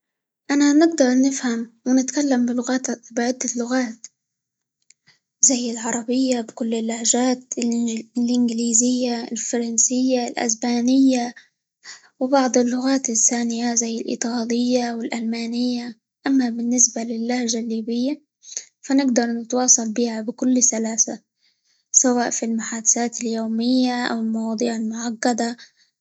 أنا نقدر نفهم، ونتكلم -بلغات- بعدة لغات، زي العربية بكل اللهجات، -الإنج- الإنجليزية، الفرنسية، الأسبانية، وبعض اللغات الثانية زي الإيطالية، والألمانية، أما بالنسبة للهجة الليبية فنقدر نتواصل بها بكل سلاسة، سواء في المحادثات اليومية، أو المواضيع المعقدة.